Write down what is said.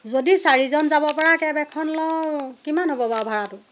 যদি চাৰিজন যাব পৰা কেব এখন লওঁ কিমান হ'ব বাৰু ভাড়াটো